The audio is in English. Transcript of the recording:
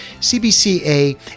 CBCA